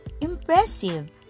Impressive